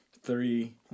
three